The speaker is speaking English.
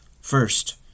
first